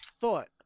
thought